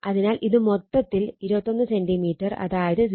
അതിനാൽ ഇത് മൊത്തത്തിൽ 21 സെന്റിമീറ്റർ അതായത് 0